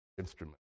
instrument